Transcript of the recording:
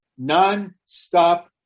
Nonstop